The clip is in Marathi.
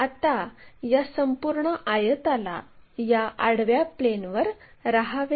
आता हे आपल्या ड्रॉईंग शीटवर काढू